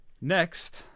Next